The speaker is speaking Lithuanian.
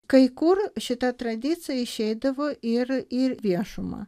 kai kur šita tradicija išeidavo ir į viešumą